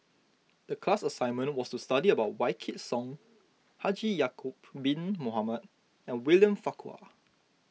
the class assignment was to study about Wykidd Song Haji Ya'Acob Bin Mohamed and William Farquhar